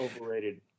overrated